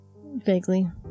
vaguely